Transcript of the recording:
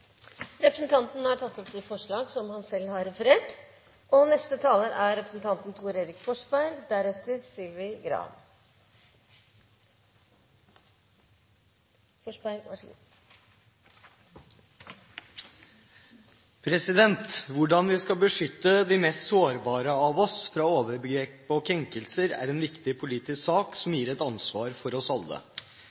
Representanten Robert Eriksson har tatt opp de forslagene han refererte til. Hvordan vi skal beskytte de mest sårbare av oss mot overgrep og krenkelser, er en viktig politisk sak og et ansvar for oss alle.